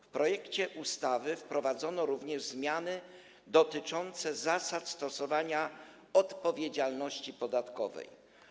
W projekcie ustawy wprowadzono również zmiany dotyczące zasad stosowania odpowiedzialności podatkowej.